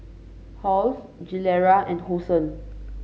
Halls Gilera and Hosen